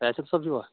کیسَر صٲب چھُوا